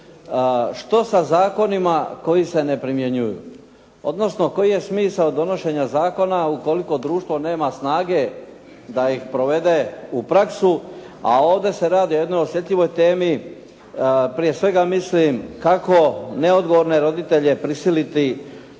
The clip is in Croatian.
Što sa zakonima koji se ne primjenjuju? Odnosno koji je smisao donošenja zakona ukoliko društvo nema snage da ih provede u praksu a ovdje se radi o jednoj osjetljivoj temi prije svega mislim kako neodgovorne roditelje prisiliti